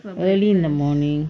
early in the morning